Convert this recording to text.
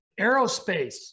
Aerospace